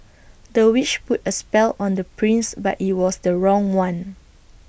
the witch put A spell on the prince but IT was the wrong one